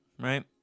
right